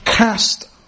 Cast